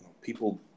people